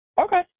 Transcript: Okay